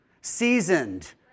Seasoned